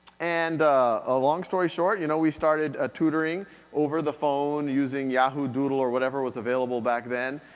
and a long story short, you know we started tutoring over the phone using yahoo, doodle or whatever was available back then,